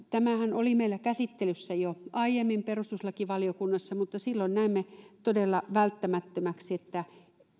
tämähän oli meillä käsittelyssä jo aiemmin perustuslakivaliokunnassa mutta silloin näimme todella välttämättömäksi että